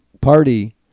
Party